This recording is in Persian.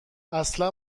اصلا